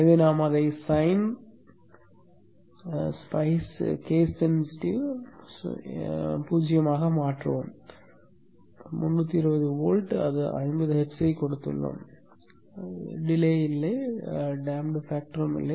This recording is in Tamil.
எனவே நாம் அதை சைன் Spice கேஸ் இன்சென்ஸிட்டிவ் 0 ஆக மாற்றுவோம் 320 வோல்ட் அது 50 ஹெர்ட்ஸைக் கொடுத்துள்ளோம் தாமதமும் இல்லை டேம்டு இல்லை